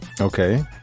Okay